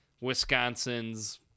Wisconsin's